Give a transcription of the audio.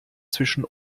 zwischen